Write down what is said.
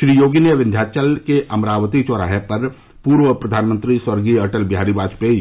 श्री योगी ने विंध्याचल के अमरावती चौराहे पर पूर्व प्रधानमंत्री स्वर्गीय अटल बिहारी वाजपेयी